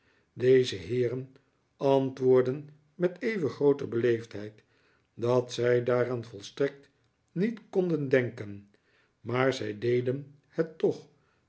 deze heeren antwoordden met even groote beleefdheid dat zij daaraan volstrekt niet konden denken maar zij deden het toch